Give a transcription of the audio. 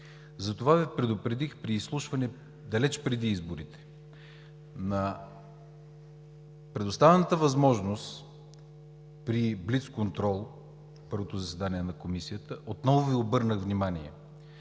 Затова Ви предупредих при изслушване, далеч преди изборите, на предоставената възможност при блиц контрол. На първото заседание на Комисията отново Ви обърнах внимание,